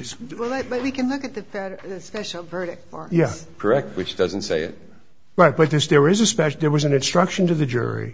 are correct which doesn't say it right but this there is a special there was an instruction to the jury